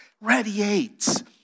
radiates